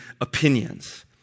opinions